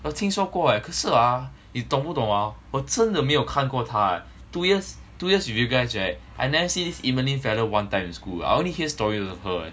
我听说过 eh 可是 ah 你懂不懂 ah 我真的没有看过他 eh two years two years with you guys right I never seen this emerlyn fella one time in school I only hear stories of her eh